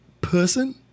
person